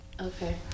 okay